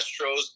Astros